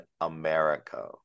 America